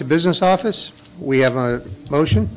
to business office we have a motion